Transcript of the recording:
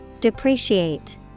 Depreciate